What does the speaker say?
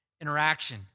interaction